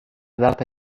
data